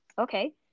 Okay